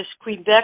Quebec